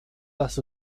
das